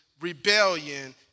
rebellion